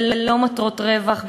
ללא מטרות רווח,